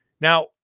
Now